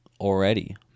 already